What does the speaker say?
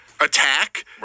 Attack